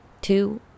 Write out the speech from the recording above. two